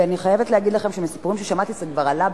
ואני חייבת להגיד לכם שמסיפורים ששמעתי זה כבר עלה,